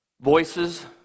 voices